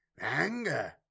Anger